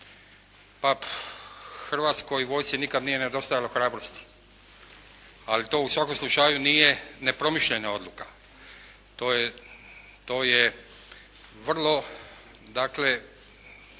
A Hrvatskoj vojski nikada nije nedostajalo hrabrosti. Ali to u svakom slučaju nije nepromišljena odluka. To je vrlo